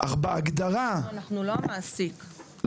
אנחנו לא המעסיק,